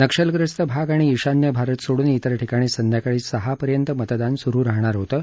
नक्षलग्रस्त भाग आणि ईशान्य भारत सोडून इतर ठिकाणी संध्याकाळी सहापर्यंत मतदान सुरू राहणार होतं